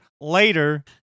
later